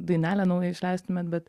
dainelę naują išleistumėt bet